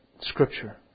scripture